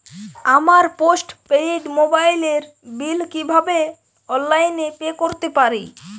আমার post paid মোবাইলের bill কীভাবে অনলাইনে পে করতে পারি?